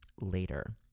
later